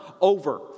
over